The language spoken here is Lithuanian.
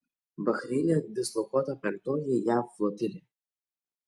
bahreine dislokuota penktoji jav flotilė